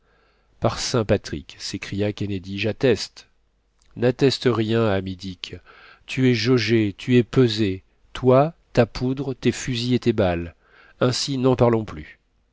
saint patrick s'écria kennedy jatteste natteste rien ami dick tu es jaugé tu es pesé toi ta poudre tes fusils et tes balles ainsi n'en parlons plus